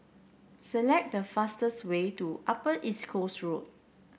select the fastest way to Upper East Coast Road